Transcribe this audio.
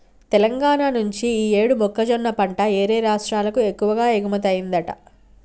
తెలంగాణా నుంచి యీ యేడు మొక్కజొన్న పంట యేరే రాష్టాలకు ఎక్కువగా ఎగుమతయ్యిందంట